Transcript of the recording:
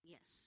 Yes